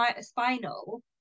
spinal